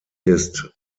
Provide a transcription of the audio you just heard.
ist